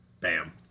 bam